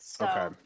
Okay